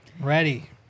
Ready